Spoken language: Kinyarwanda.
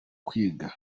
kwiga